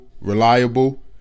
reliable